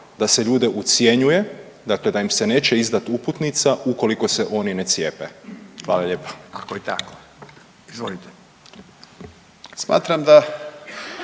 da se ljude ucjenjuje, dakle da im se neće izdati uputnica ukoliko se oni ne cijepe. Hvala lijepa. **Radin, Furio